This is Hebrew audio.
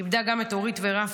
היא איבדה גם את אורית ורפי,